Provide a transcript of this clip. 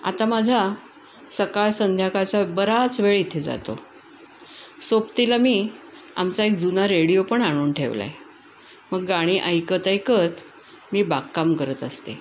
आता माझा सकाळ संध्याकाळचा बराच वेळ इथे जातो सोबतीला मी आमचा एक जुना रेडिओ पण आणून ठेवला आहे मग गाणी ऐकतऐकत मी बागकाम करत असते